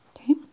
Okay